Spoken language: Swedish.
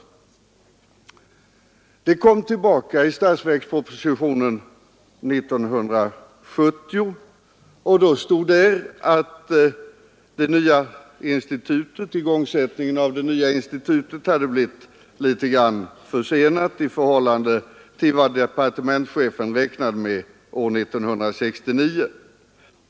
Ärendet kom tillbaka i statsverkspropositionen år 1970. Då stod där att läsa att igångsättningen av det nya institutet hade blivit litet grand försenad i förhållande till vad departementschefen räknade med år 1969.